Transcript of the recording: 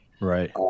Right